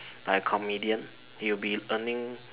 like a comedian he would be earning